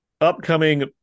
upcoming